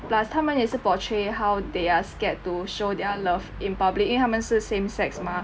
plus 他们也是 portray how they're scared to show their love in public 因为他们是 same sex mah